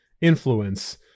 influence